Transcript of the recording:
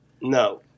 No